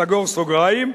סגור סוגריים,